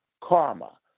karma